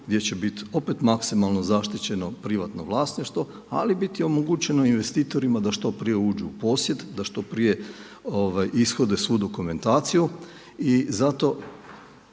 gdje će biti opet maksimalno zaštićeno privatno vlasništvo, ali biti omogućeno investitorima da što prije uđu u posjed, da što prije ishode svu dokumentaciju. I zato